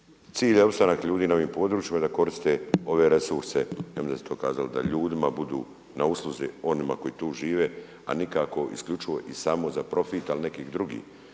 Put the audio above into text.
cilj je ostanak ljudi na ovim područjima i da koriste ove resurse, ja mislim da ste to kazali, da ljudima budu na usluzi onima koji tu žive a nikako isključivo i samo za profit ali nekih drugih.